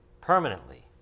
permanently